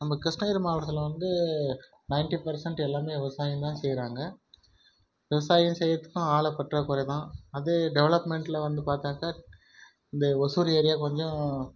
நம்ம கிருஷ்ணகிரி மாவட்டத்தில் வந்து நயன்ட்டி பர்ஸன்ட் எல்லோருமே விவசாயம் தான் செய்கிறாங்க விவசாயம் செய்றத்துக்கும் ஆளு பற்றாக்குறை தான் அதே டெவலப்மெண்டில் வந்து பார்த்தாக்கா இந்த ஒசூர் ஏரியா கொஞ்சம்